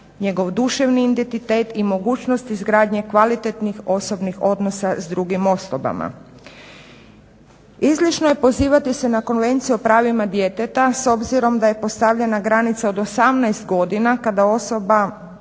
njegov duševni identitet i mogućnost izgradnje kvalitetnih osobnih odnosa s drugim osobama. Izlično je pozivati se na Konvenciju o pravima djeteta, s obzirom da je postavljena granica od 18 godina kada osoba